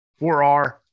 4R